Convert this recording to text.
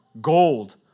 Gold